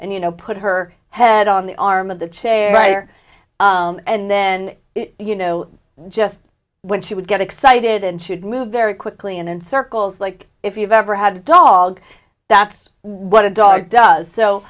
and you know put her head on the arm of the chair and then you know just when she would get excited and should move very quickly and in circles like if you've ever had a dog that's what a dog does so